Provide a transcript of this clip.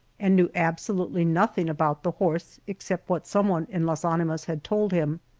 and knew absolutely nothing about the horse except what some one in las animas had told him.